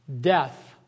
Death